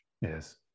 Yes